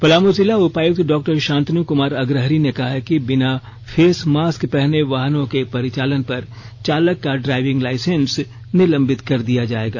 पलामू जिला उपायुक्त डॉ शांतनु कुमार अग्रहरि ने कहा है कि बिना फेस मास्क पहने वाहनों के परिचालन पर चालक का ड्राइविंग लाइसेंस निलंबित कर दिया जाएगा